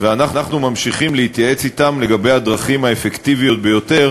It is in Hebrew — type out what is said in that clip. ואנחנו ממשיכים להתייעץ אתם לגבי הדרכים האפקטיביות ביותר